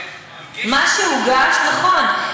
מה שהוגש, נכון.